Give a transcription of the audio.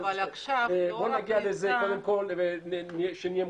אבל לפחות לגבי כפר כנא שיש המלצה,